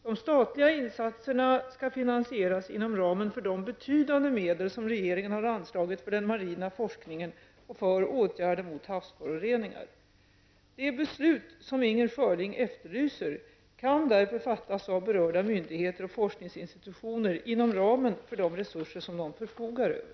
De statliga insatserna skall finansieras inom ramen för de betydande medel som regeringen har anslagit för den marina forskningen och för åtgärder mot havsföroreningar. De beslut som Inger Schörling efterlyser kan därför fattas av berörda myndigheter och forskningsinstitutioner inom ramen för de resurser som de förfogar över.